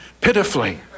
pitifully